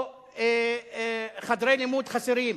או חדרי לימוד חסרים.